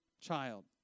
child